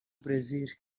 bresil